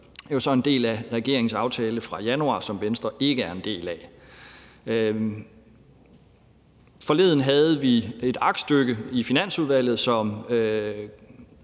er så en del af regeringens aftale fra januar, som Venstre ikke er en del af. Forleden havde vi et aktstykke i Finansudvalget,